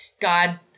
God